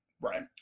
right